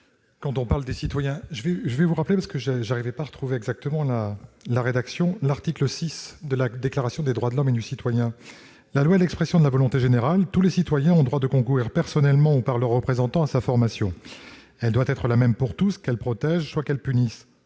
quand on parle des citoyens. Je vous rappelle les termes de l'article VI de la Déclaration des droits de l'homme et du citoyen :« La loi est l'expression de la volonté générale. Tous les citoyens ont droit de concourir personnellement, ou par leurs représentants, à sa formation. Elle doit être la même pour tous, soit qu'elle protège, soit qu'elle punisse.